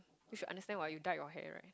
you should understand what you dyed your hair right